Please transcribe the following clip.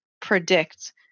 predict